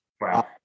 Wow